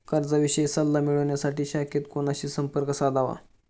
कर्जाविषयी सल्ला मिळवण्यासाठी शाखेत कोणाशी संपर्क साधावा?